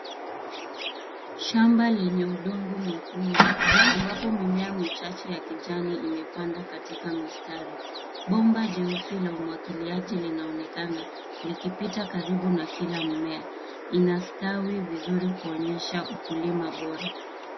Shamba lenye udongo mwekundu ambapo mimea michache ya kijani imepandwa katika mistari, bomba jeusi la umwagiliaji linaonekana likipita karibu na kila mmea, ina stawi vizuri kuonyesha ukulima bora.